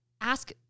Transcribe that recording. ask